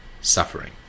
suffering